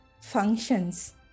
functions